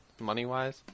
money-wise